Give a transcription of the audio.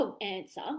answer